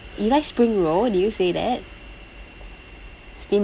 you like spring roll did you say that steamboat